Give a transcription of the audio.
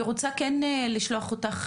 אני רוצה לשלוח אותך,